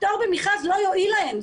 הפטור ממכרז לא יועיל להן.